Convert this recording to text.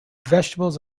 vegetables